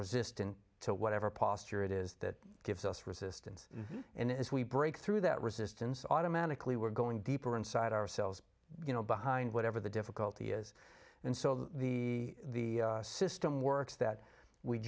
resistance to whatever posture it is that gives us resistance and as we break through that resistance automatically we're going deeper inside ourselves you know behind whatever the difficulty is and so the system works that we